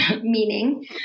meaning